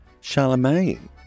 Charlemagne